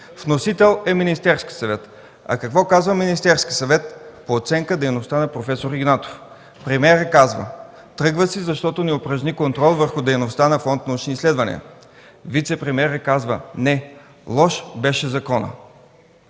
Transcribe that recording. Вносител е Министерският съвет. А какво казва Министерският съвет по оценка дейността на проф. Игнатов? Премиерът казва: „Тръгва си, защото не упражни контрол върху дейността на Фонд „Научни изследвания”, вицепремиерът казва: „Не, лош беше законът”.